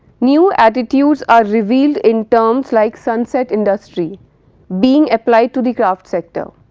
new attitudes are revealed in terms like sunset industry being applied to the craft sector.